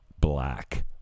Black